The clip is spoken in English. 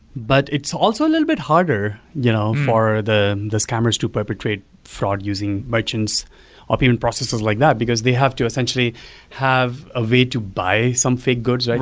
but it's also a little bit harder you know for the the scammers to perpetrate fraud using merchants of even processes like that, because they have to essentially have a way to buy some fake goods. like